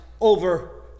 over